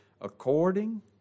According